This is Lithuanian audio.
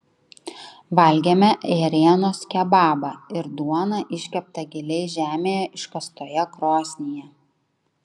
valgėme ėrienos kebabą ir duoną iškeptą giliai žemėje iškastoje krosnyje